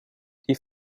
die